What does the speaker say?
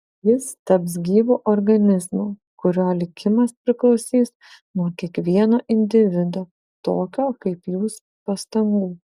jis taps gyvu organizmu kurio likimas priklausys nuo kiekvieno individo tokio kaip jūs pastangų